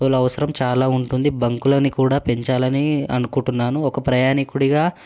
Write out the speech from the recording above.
అవసరం చాలా ఉంటుంది బంకులని కూడా పెంచాలని అనుకుంటున్నాను ఒక ప్రయాణికుడిగా